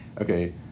Okay